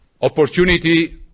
Opportunity